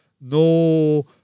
No